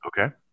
Okay